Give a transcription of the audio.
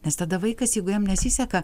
nes tada vaikas jeigu jam nesiseka